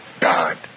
God